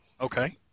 Okay